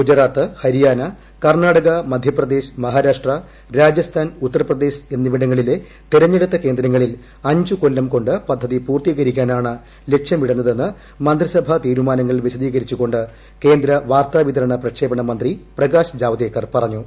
ഗുജറാത്ത് ഹരിയാന കർണ്ണാടക മധ്യപ്രദേശ് മഹാരാഷ്ട്ര രാജസ്ഥാൻ ഉത്തർപ്രദേശ് എന്നിവിടങ്ങളിലെ തെരഞ്ഞെടുത്ത കേന്ദ്രങ്ങളിൽ അഞ്ച് കൊല്ലം കൊണ്ട് പദ്ധതി പൂർത്തീകരിക്കാനാണ് ലക്ഷ്യമിടുന്നതെന്ന് മന്ത്രിസഭാ തീരുമാനുങ്ങൾ വിശദീകരിച്ചുകൊണ്ട് കേന്ദ്ര വാർത്താ വിതരണ പ്രക്ഷേപണ്ട മിന്റ്രി പ്രകാശ് ജാവദേക്കർ പറഞ്ഞു